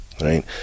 right